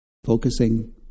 Focusing